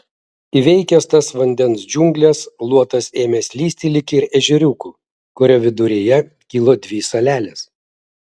įveikęs tas vandens džiungles luotas ėmė slysti lyg ir ežeriuku kurio viduryje kilo dvi salelės